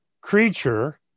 creature